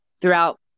throughout